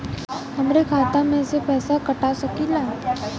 हमरे खाता में से पैसा कटा सकी ला?